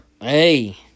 hey